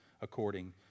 according